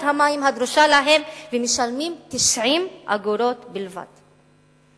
המים הדרושה להם ומשלמים 90 אגורות בלבד.